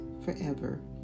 forever